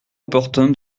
opportun